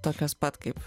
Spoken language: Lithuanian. tokios pat kaip